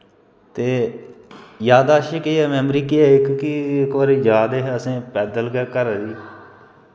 ते यादाशी केह् ऐ मैमरी केह् ऐ कि इक बारी जा दे हे असें पैदल गै घरै गी